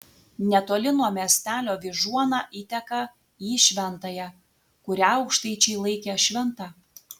netoli nuo miestelio vyžuona įteka į šventąją kurią aukštaičiai laikė šventa